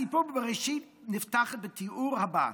הסיפור בבראשית נפתח בתיאור הבא: